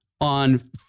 on